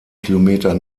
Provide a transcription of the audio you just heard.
kilometer